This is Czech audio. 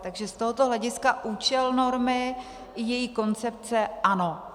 Takže z tohoto hlediska účel normy i její koncepce ano.